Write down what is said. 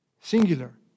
Singular